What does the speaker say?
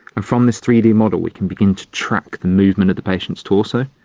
and from this three d model we can begin to track the movement of the patient's torso,